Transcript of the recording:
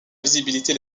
visibilité